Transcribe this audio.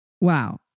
Wow